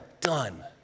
done